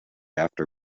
after